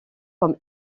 comme